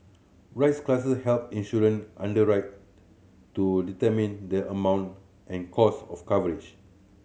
risk classes help insurance underwriter to determine the amount and cost of coverage